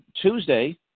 Tuesday